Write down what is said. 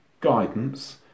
guidance